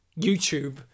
YouTube